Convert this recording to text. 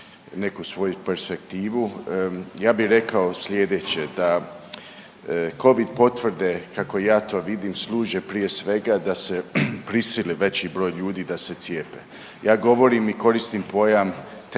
neku svoju perspektivu. Ja bi rekao slijedeće da Covid potvrde kako ja to vidim služe prije svega da se prisili veći broj ljudi da se cijepe. Ja govorim i koristim pojam